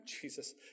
Jesus